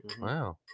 Wow